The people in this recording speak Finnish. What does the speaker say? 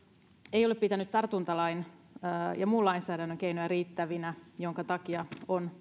ei ole pitänyt tartuntalain ja muun lainsäädännön keinoja riittävinä minkä takia valmiuslaki on